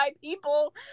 people